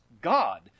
God